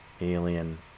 alien